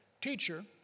Teacher